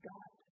God